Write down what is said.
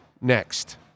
next